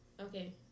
Okay